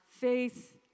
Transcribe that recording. faith